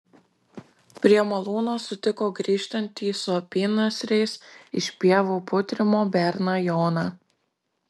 prie malūno sutiko grįžtantį su apynasriais iš pievų putrimo berną joną